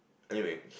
anyway